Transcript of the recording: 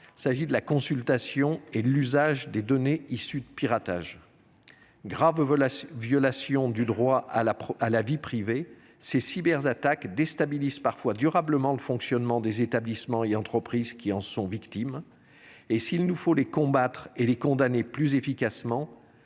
: la consultation et l’usage de données issues de piratages. Graves violations du droit à la vie privée, ces cyberattaques déstabilisent parfois durablement le fonctionnement des établissements et entreprises qui en sont victimes. S’il nous faut les combattre et les condamner plus efficacement,